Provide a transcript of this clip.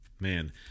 man